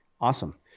Awesome